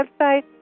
website